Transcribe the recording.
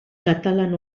katalan